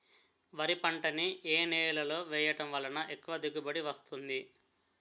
వరి పంట ని ఏ నేలలో వేయటం వలన ఎక్కువ దిగుబడి వస్తుంది?